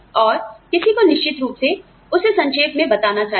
और किसी को निश्चित रूप से उसे संक्षेप में बताना चाहिए